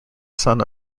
son